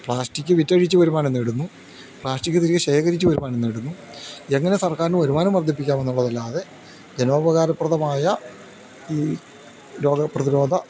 plastic വിറ്റഴിച്ച് വരുമാനം നേടുന്നു പ്ലാസ്റ്റിക് തിരികെ ശേഖരിച്ച് വരുമാനം നേടുന്നു എങ്ങനെ സർക്കാരിന് വരുമാനം വർദ്ധിപ്പിക്കാമെന്ന് ഉള്ളതല്ലാതെ ജനോപകാരപ്രദമായ ഈ രോഗ പ്രതിരോധ